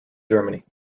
germany